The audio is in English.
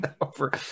over